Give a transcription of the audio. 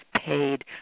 paid